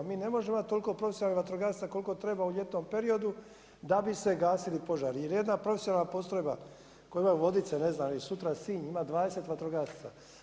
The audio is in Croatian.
Mi ne možemo imati toliko profesionalnih vatrogasaca koliko treba u ljetnom periodu da bi se gasili požari, jer jedna profesionalna postrojba koju imaju Vodica, sutra Sinj ima 20 vatrogasaca.